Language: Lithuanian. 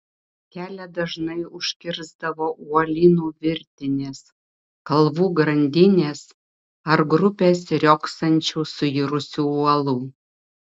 kelią dažnai užkirsdavo uolynų virtinės kalvų grandinės ar grupės riogsančių suirusių uolų